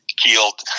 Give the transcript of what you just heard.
Healed